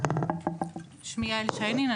שמי יעל שיינין.